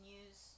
use